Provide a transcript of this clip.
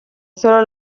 sólo